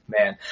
man